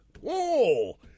whoa